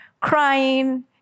crying